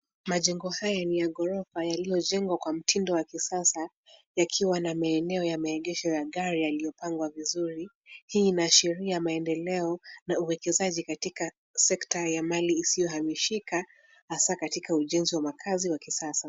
Majengo haya ni ya ghorofa yaliyojengwa kwa mtindo wa kisasa, yakiwa na maeneo ya maegesho ya magari yaliyopangwa vizuri. Hii inaashiria maendeleo na uwekezaji katika sekta ya mali isiyohamishika hasa katika ujenzi wa makaazi wa kisasa.